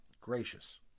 Gracious